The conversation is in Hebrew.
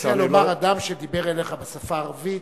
אני מציע לומר: אדם שדיבר אליך בשפה הערבית.